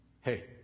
Hey